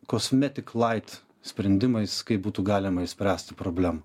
kosmetik lait sprendimais kaip būtų galima išspręsti problemą